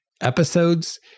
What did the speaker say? episodes